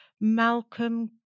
Malcolm